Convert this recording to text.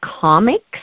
comics